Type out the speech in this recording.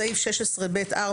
בסעיף 16(ב)(4),